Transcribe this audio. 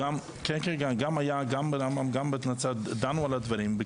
כן, כן, גם ברמב"ם וגם בנצרת, דנו על הדברים.